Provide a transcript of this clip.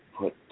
put